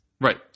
Right